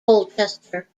colchester